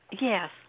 Yes